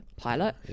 pilot